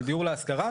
של דיור להשכרה,